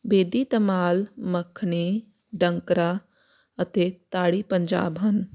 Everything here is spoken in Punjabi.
ਬੇਦੀ ਧਮਾਲ ਮੱਖਣੇ ਡੰਕਰਾ ਅਤੇ ਤਾੜੀ ਪੰਜਾਬ ਹਨ